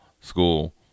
school